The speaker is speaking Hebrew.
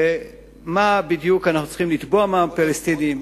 מה בדיוק אנחנו צריכים לתבוע מהפלסטינים,